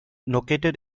located